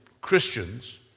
Christians